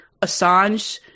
Assange